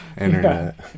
internet